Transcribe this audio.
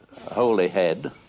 Holyhead